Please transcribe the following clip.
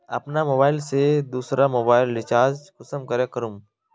अपना मोबाईल से दुसरा मोबाईल रिचार्ज कुंसम करे करूम?